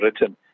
written